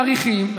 מאריכים,